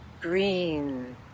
green